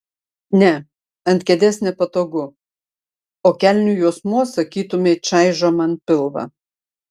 ne ant kėdės nepatogu o kelnių juosmuo sakytumei čaižo man pilvą